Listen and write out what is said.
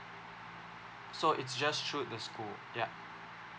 so it's just through the school yup